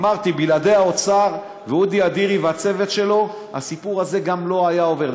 אמרתי: גם בלעדי האוצר ואודי אדירי והצוות שלו הסיפור הזה לא היה עובר.